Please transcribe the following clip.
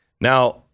Now